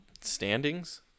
standings